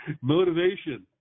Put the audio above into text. Motivation